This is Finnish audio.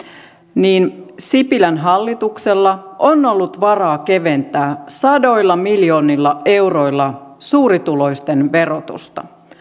niin sipilän hallituksella on ollut varaa keventää sadoilla miljoonilla euroilla suurituloisten verotusta